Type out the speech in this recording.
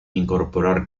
incorporar